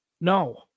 No